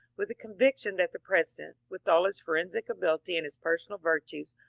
with a con viction that the president, with all his forensic ability and his personal yirtues,